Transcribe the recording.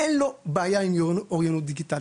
אין לו בעיה עם אוריינות דיגיטלית.